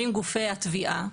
אומרים גופי התביעה,